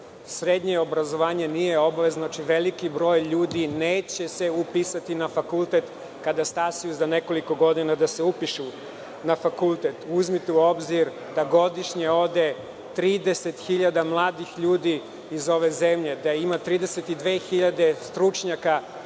Srednje obrazovanje nije obavezno. Znači, veliki broj ljudi neće se upisati na fakultet kada stasaju za nekoliko godina da se upišu na fakultet. Uzmite u obzir da godišnje ode 30.000 mladih ljudi iz ove zemlje, da ima 32.000 stručnjaka